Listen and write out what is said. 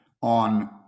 on